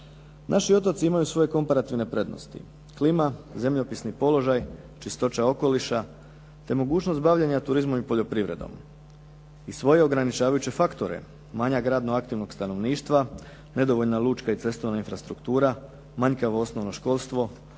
Naši otoci imaju svoje komparativne prednosti – klima, zemljopisni položaj, čistoća okoliša, te mogućnost bavljenja turizmom i poljoprivredom. I svoje ograničavajuće faktore – manjak radnoaktivnog stanovništva, nedovoljna lučka i cestovna infrastruktura, manjkavo osnovno školstvo,